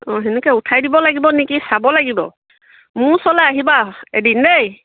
অঁ সেনেকৈ উঠাই দিব লাগিব নেকি চাব লাগিব মোৰ ওচৰলৈ আহিবা এদিন দেই